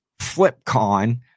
FlipCon